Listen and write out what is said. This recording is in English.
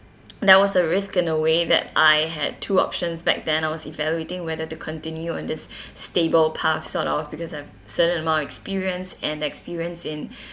there was a risk in a way that I had two options back then I was evaluating whether to continue in this stable path sort of because I've certain amount of experience and experience in